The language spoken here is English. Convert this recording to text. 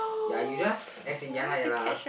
ya you just as in ya ha ya lah